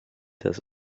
das